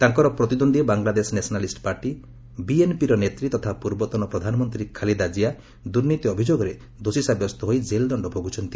ତାଙ୍କର ପ୍ରତିଦ୍ୱନ୍ଦ୍ରୀ Bangladesh nationalist party ବିଏମ୍ପିର ନେତ୍ରୀ ତଥା ପୂର୍ବତନ ପ୍ରଧାନମନ୍ତ୍ରୀ ଖଲିଦା କ୍ଷିଆ ଦୁର୍ନୀତି ଅଭିଯୋଗରେ ଦୋଷୀ ସାବ୍ୟସ୍ତ ହୋଇ ଜେଲ୍ଦଶ୍ଡ ଭୋଗୁଛନ୍ତି